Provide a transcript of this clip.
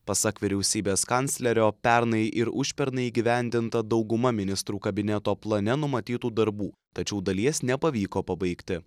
pasak vyriausybės kanclerio pernai ir užpernai įgyvendinta dauguma ministrų kabineto plane numatytų darbų tačiau dalies nepavyko pabaigti